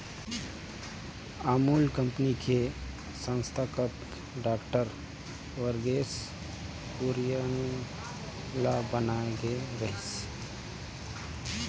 Amul company के संस्थापक doctor Verghese Kurien ल बनाए गे रिहिस